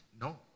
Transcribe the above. no